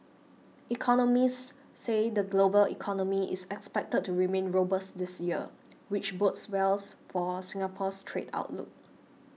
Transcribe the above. economists say the global economy is expected to remain robust this year which bodes wells for Singapore's trade outlook